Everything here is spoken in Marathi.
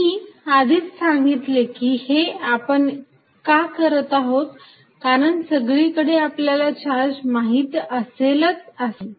मी आधीच सांगितले होते की हे आपण का करत आहोत कारण सगळीकडे आपल्याला चार्ज माहिती असेलच असे नाही